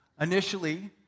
Initially